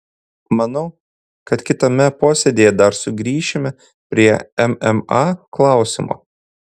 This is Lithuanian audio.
manau kad kitame posėdyje dar sugrįšime prie mma klausimo